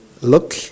look